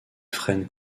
frêne